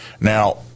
Now